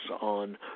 on